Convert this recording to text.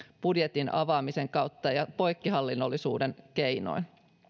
budjetin avaamisen kautta ja poikkihallinnollisuuden keinoin